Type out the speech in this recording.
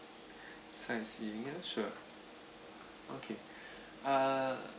sightseeing ah sure okay uh